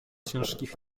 ciężkich